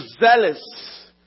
zealous